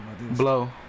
Blow